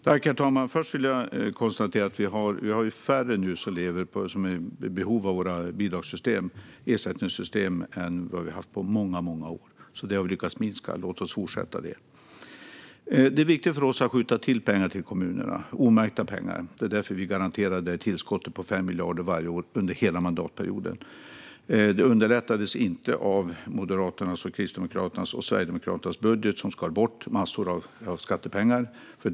Herr talman! Först vill jag konstatera att vi nu har färre som är i behov av våra bidrags och ersättningssystem än vad vi haft på många år. Det har vi lyckats minska. Låt oss fortsätta med det. Det är viktigt för oss att skjuta till pengar till kommunerna - omärkta pengar. Det är därför vi garanterar ett tillskott på 5 miljarder varje år under hela mandatperioden. Det underlättades inte av Moderaternas, Kristdemokraternas och Sverigedemokraternas budget, som skar bort massor av skattepengar.